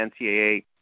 NCAA